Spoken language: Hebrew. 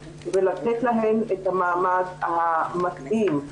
ולתת להן את המעמד המתאים.